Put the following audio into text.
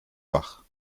wach